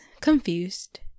confused